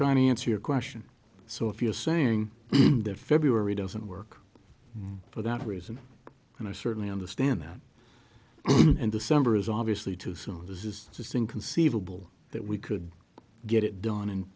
trying to answer your question so if you're saying that february doesn't work for that reason and i certainly understand that and the summer is obviously too soon this is just inconceivable that we could get it done